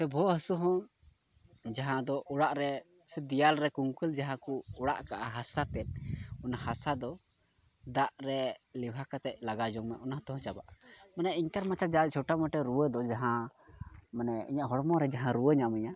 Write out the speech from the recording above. ᱵᱚᱦᱚᱜ ᱦᱟᱹᱥᱩ ᱦᱚᱸ ᱡᱟᱦᱟᱸ ᱫᱚ ᱚᱲᱟᱜ ᱨᱮ ᱥᱮ ᱫᱮᱭᱟᱞ ᱨᱮ ᱠᱩᱝᱠᱟᱹᱞ ᱡᱟᱦᱟᱸ ᱠᱚ ᱚᱲᱟᱜ ᱠᱟᱜᱼᱟ ᱦᱟᱥᱟᱛᱮ ᱚᱱᱟ ᱦᱟᱥᱟ ᱫᱚ ᱫᱟᱜ ᱨᱮ ᱞᱮᱣᱦᱟ ᱠᱟᱛᱮᱫ ᱞᱟᱜᱟᱣ ᱡᱚᱝ ᱢᱮ ᱚᱱᱟᱛᱮ ᱦᱚᱸ ᱪᱟᱵᱟᱜᱼᱟ ᱢᱟᱱᱮ ᱤᱱᱠᱟᱱ ᱢᱟᱪᱷᱟ ᱡᱟ ᱜᱮ ᱪᱷᱳᱴᱚᱢᱚᱴᱚ ᱨᱩᱣᱟᱹ ᱫᱚ ᱡᱟᱦᱟᱸ ᱢᱟᱱᱮ ᱤᱧᱟᱹᱜ ᱦᱚᱲᱢᱚ ᱨᱮ ᱢᱟᱱᱮ ᱨᱩᱣᱟᱹ ᱧᱟᱢᱮᱧᱟ